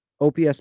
OPS